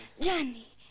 gianni.